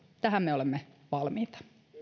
tähän me olemme valmiita